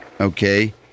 Okay